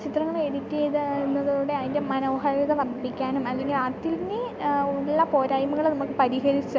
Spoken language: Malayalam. ചിത്രങ്ങൾ എഡിറ്റ് ചെയ്ത് എന്നതിലൂടെ അതിൻ്റെ മനോഹാരിത വർദ്ധിപ്പിക്കാനും അല്ലെങ്കിൽ അതിന് ഉള്ള പോരായ്മകൾ നമുക്ക് പരിഹരിച്ച്